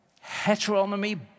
heteronomy